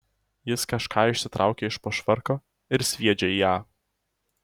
jis kažką išsitraukia iš po švarko ir sviedžia į ją